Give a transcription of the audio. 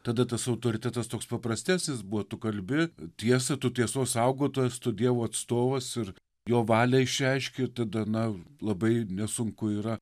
tada tas autoritetas toks paprastesnis buvo tu kalbi tiesą tu tiesos saugotojas tu dievo atstovas ir jo valią išreiški tada na labai nesunku yra